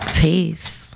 Peace